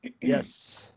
Yes